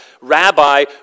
Rabbi